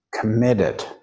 committed